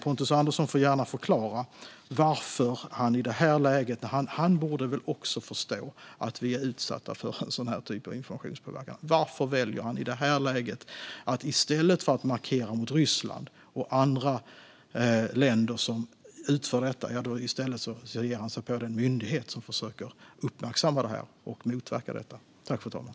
Pontus Andersson borde väl förstå att Sverige också är utsatt för den typen av informationspåverkan. Pontus Andersson får gärna förklara varför han i det här läget väljer att i stället för att markera mot Ryssland och andra länder som utför detta arbete ger sig på den myndighet som försöker uppmärksamma problemen och motverka dem.